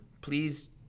please